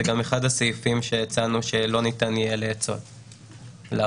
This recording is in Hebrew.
זה גם אחד הסעיפים שהצענו שלא ניתן יהיה לאצול לרשות.